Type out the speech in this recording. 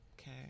okay